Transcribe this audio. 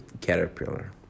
caterpillar